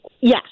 Yes